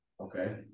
Okay